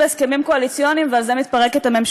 אוי, נו.